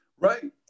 Right